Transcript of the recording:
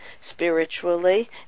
spiritually